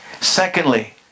Secondly